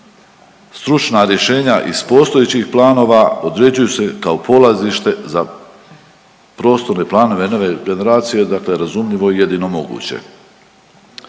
stručna rješenja iz postojećih planova određujući se kao polazište za prostorne planove nove generacije dakle, razumljivo je i jedino moguće.